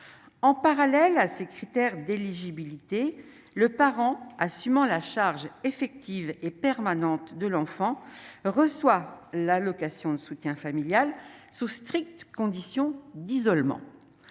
en parallèle à ces critères d'éligibilité, le parent assumant la charge effective et permanente de l'enfant reçoit l'allocation de soutien familial, sous strictes conditions d'isolement,